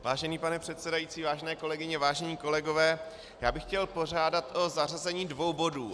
Vážený pane předsedající, vážené kolegyně, vážení kolegové, já bych chtěl požádat o zařazení dvou bodů.